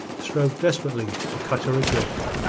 strove desperately to cut her adrift.